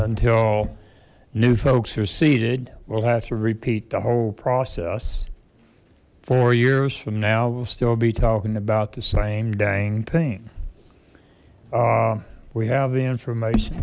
until new folks are seated we'll have to repeat the whole process four years from now we'll still be talking about the same dame team we have the information